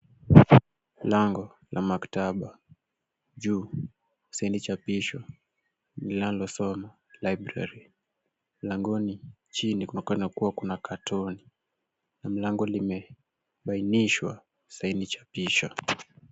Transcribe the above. Lango la maktaba. Juu saini chapisho linalosoma library . Langoni chini kunaonekana kuwa kuna katoni na mlango limebainishwa saini chapisho.